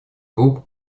групп